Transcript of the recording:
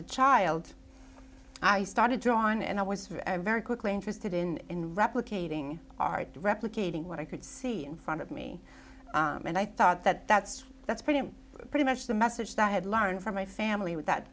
a child i started drawing and i was very quickly interested in replicating art replicating what i could see in front of me and i thought that that's that's pretty and pretty much the message that i had learned from my family with that